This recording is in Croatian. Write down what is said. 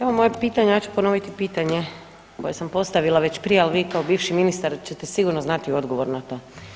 Evo moje pitanje, ja ću ponoviti pitanje koje sam postavila već prije, ali vi kao bivši ministar ćete sigurno znati odgovor na to.